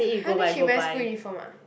!huh! then she wear school uniform ah